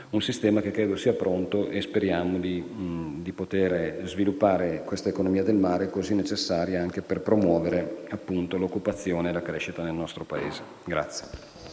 un sistema che credo sia pronto. Speriamo di poter sviluppare questa economia del mare, così necessaria per promuovere l'occupazione e la crescita nel nostro Paese.